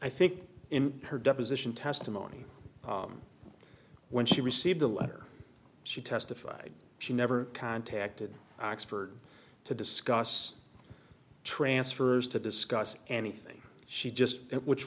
i think in her deposition testimony when she received a letter she testified she never contacted oxford to discuss transfers to discuss anything she just which